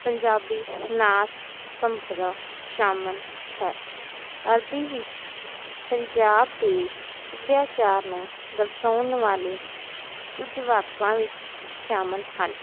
ਪੰਜਾਬੀ ਨਾਚ ਭੰਗੜਾ ਸ਼ਾਮਿਲ ਹੈ ਅਰਬੀ ਵਿੱਚ ਪੰਜਾਬ ਦੇ ਸੱਭਿਆਚਾਰ ਨੂੰ ਦਰਸਾਉਣ ਵਾਲੇ ਕੁਝ ਵਾਕਾਂ ਵਿੱਚ ਸ਼ਾਮਿਲ ਹਨ